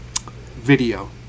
video